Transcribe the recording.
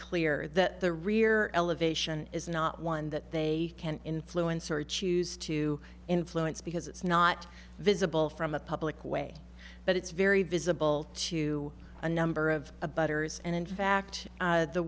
clear that the rear elevation is not one that they can influence or choose to influence because it's not visible from a public way but it's very visible to a number of abettors and in fact